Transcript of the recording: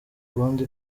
kundi